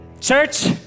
church